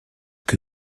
que